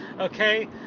Okay